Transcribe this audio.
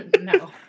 no